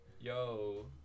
Yo